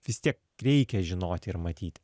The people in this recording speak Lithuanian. vis tiek reikia žinoti ir matyt